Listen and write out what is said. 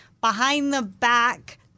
behind-the-back